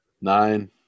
Nine